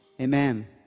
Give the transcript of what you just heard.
amen